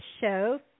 show